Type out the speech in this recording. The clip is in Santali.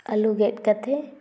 ᱟᱹᱞᱩ ᱜᱮᱫ ᱠᱟᱛᱮ